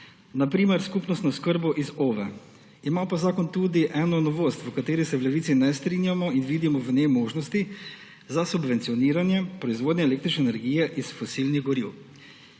na primer skupnostno oskrbo iz OVE. Ima pa zakon tudi eno novost, s katero se v Levici ne strinjamo in vidimo v njej možnosti za subvencioniranje proizvodnje električne energije iz fosilnih goriv.